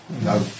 No